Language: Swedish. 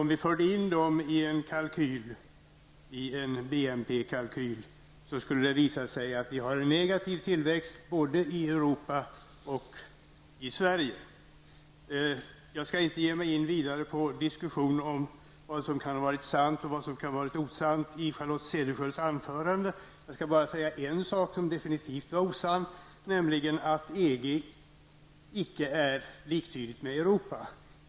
Om vi förde in dem i en BNP-kalkyl skulle det visa sig att vi har en negativ tillväxt såväl i Sverige som i Jag skall inte ge mig vidare in på vad som kan ha varit sant och osant i Charlotte Cederschiölds anförande. Jag skall dock nämna en sak som definitivt var osann. EG är inte liktydigt med Europa.